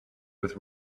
with